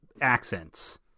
accents